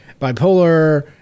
bipolar